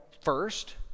first